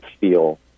feel